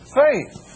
faith